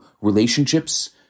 relationships